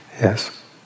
Yes